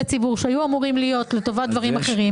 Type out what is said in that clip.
המרכז למורשת יהדות אתיופיה